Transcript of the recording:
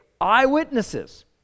Eyewitnesses